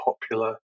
popular